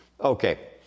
Okay